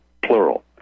plural